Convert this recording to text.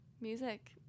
Music